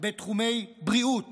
בתחומי בריאות